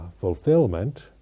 fulfillment